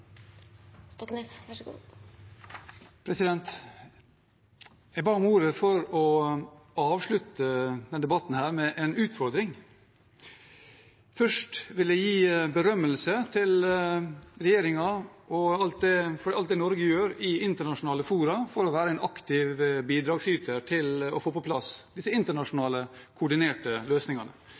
Jeg ba om ordet for å avslutte denne debatten med en utfordring. Først vil jeg berømme regjeringen for alt det Norge gjør i internasjonale fora for å være en aktiv bidragsyter til å få på plass disse internasjonale koordinerte løsningene.